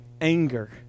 anger